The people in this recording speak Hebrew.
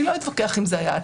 אני לא אתווכח עד איפה זה היה,